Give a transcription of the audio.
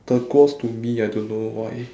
turquoise to me I don't know why